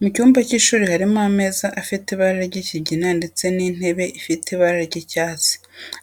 Mu cyumba cy'ishuri harimo ameza afite ibara ry'ikigina ndetse n'intebe ifite ibara ry'icyatsi.